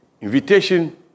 Invitation